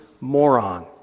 moron